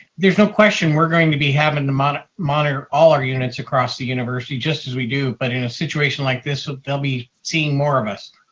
there's no question we're going to be having to monitor monitor all our units across the university just as we do, but in a situation like this, ah they'll be seeing more of us.